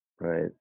right